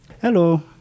Hello